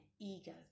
ego